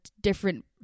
different